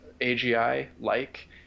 AGI-like